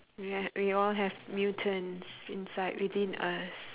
ya we all have mutants inside within us